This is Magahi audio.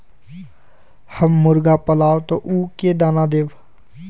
हम मुर्गा पालव तो उ के दाना देव?